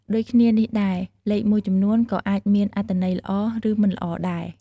ដូចគ្នានេះដែរ លេខមួយចំនួនក៏អាចមានអត្ថន័យល្អ ឬមិនល្អដែរ។